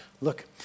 Look